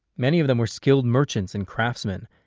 many of them were skilled merchants and craftsmen,